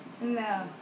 No